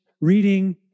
reading